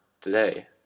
today